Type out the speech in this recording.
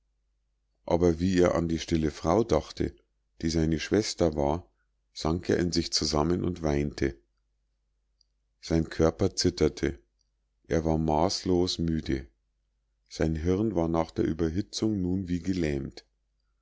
aber wie er an die stille frau dachte die seine schwester war sank er in sich zusammen und weinte sein körper zitterte er war maßlos müde sein hirn war nach der überhitzung nun wie gelähmt